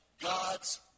God's